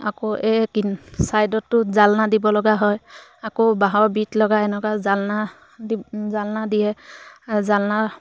আকৌ এই কিন ছাইডতো জালনা দিব লগা হয় আকৌ বাঁহৰ বিট লগাই এনেকুৱা জালনা জালনা দিয়ে জালনা